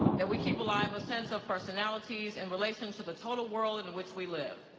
that we keep alive a sense of personalities and relation to the total world in which we live.